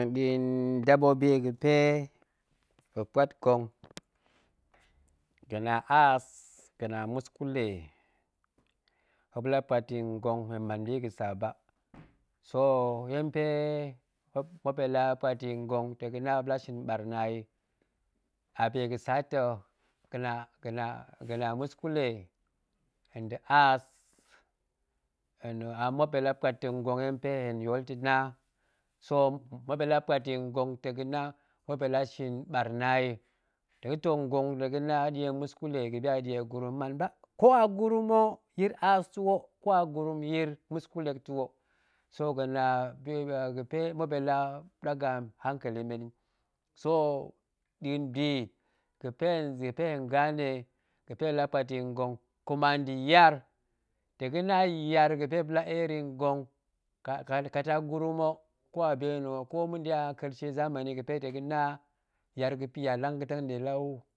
Nɗa̱a̱n debobi ga̱pe muop puat ngong, ga̱na aas, ga̱na muskule, muop la puat yi ngong hen man bi ga̱sa ba, so yen pe muop muop nɗe la puat yi ngong la ga̱na muop la shin ɓarna yi, a bi ga̱sa ta̱ ga̱na ga̱na muskule nda̱ aas a a muop nɗe la puat ta̱ ngong yen mpe hen yool ta̱ na, so muop ɗe la puat yi ngong ta̱ ga̱na muop ɗe la shin ɓarna yi, tong ga̱too ngong tong ga̱na ɗie muskule ga̱bi a ɗie gurum hen man ba, ko a gurum ho yir aas ta̱ wo ƙo a gurum yir muskule ta̱ wo, so ga̱na bi ga̱pe muop ɗe la ɗaga hankeli men yi, so nɗa̱a̱n bi ga̱pe hen gane ga̱pe muop la puat yi ngong, kuma nda̱ yar, ta̱ ga̱na yar ga̱pe muop la eer yi ngong kat kat a gurum ho ƙo a bina̱ ho, ƙo ma̱nɗe a kershe zamani ga̱pe tong ga̱na yar ga̱pya ga̱lang ga̱teng ɗe la wu